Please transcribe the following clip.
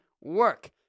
work